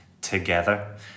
together